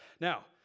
Now